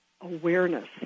awareness